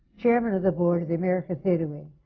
chairman of the board of the american theatre wing.